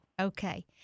Okay